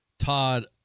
Todd